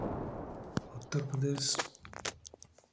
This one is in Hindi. उत्तर प्रदेश